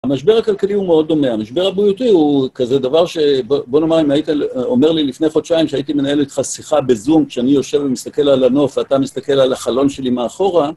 המשבר הכלכלי הוא מאוד דומה, המשבר הבריאותי הוא כזה דבר ש... בוא נאמר, אם היית אומר לי לפני חודשיים שהייתי מנהל איתך שיחה בזום, כשאני יושב ומסתכל על הנוף ואתה מסתכל על החלון שלי מאחורה,